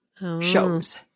shows